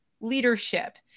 leadership